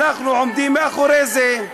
אנחנו עומדים מאחורי זה.